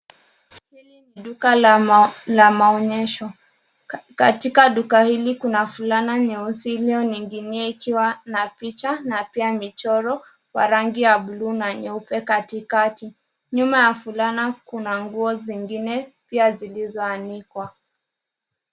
Hili ni duka la maonyesho katika duka hili kuna fulana nyeusi iliyoning'inia ikiwa na picha na pia michoro kwa rangi ya buluu na nyeupe katikati. Nyuma ya fulana kuna nguo zingine pia zilizoanikwa.